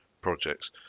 projects